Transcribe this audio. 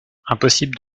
impossible